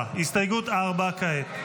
4. הסתייגות 4 כעת.